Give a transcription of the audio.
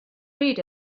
read